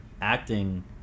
acting